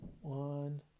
One